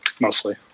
mostly